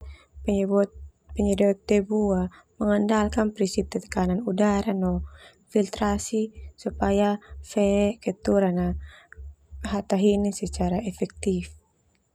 Mengandalkan prinsip tekanan udara no filtarsi supaya fe kotoran na hataheni secara efektif.